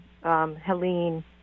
Helene